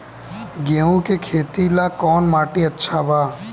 गेहूं के खेती ला कौन माटी अच्छा बा?